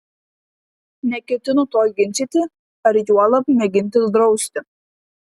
neketinu to ginčyti ar juolab mėginti drausti